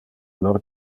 lor